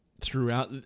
throughout